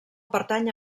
pertany